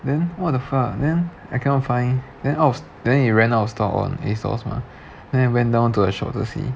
then what the fuck then I cannot find then out of then it ran out of style on ASOS mah then went down to the shop to see